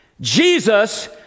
Jesus